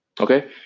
okay